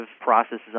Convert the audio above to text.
processes